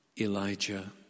Elijah